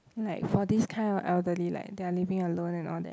like for this kind of elderly like they are living alone and all that